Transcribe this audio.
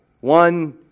one